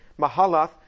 Mahalath